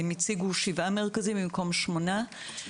הם הציגו שבעה מרכזים במקום שמונה.